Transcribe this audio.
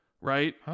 right